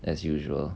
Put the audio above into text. as usual